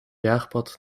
jaagpad